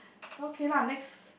okay lah next